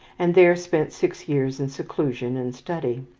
and there spent six years in seclusion and study.